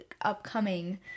upcoming